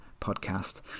podcast